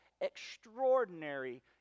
extraordinary